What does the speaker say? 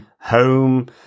home